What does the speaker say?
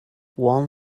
one